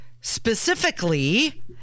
specifically